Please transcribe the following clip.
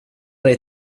dig